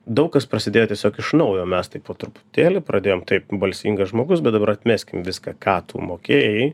daug kas prasidėjo tiesiog iš naujo mes taip po truputėlį pradėjom taip balsingas žmogus bet dabar atmeskim viską ką tu mokėjai